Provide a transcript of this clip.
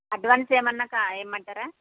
advance ఏమన్నా కా ఇమ్మంటారా